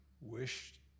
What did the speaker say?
Wished